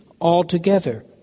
altogether